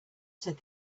said